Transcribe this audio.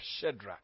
Shadrach